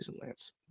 Lance